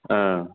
ஆ